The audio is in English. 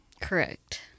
Correct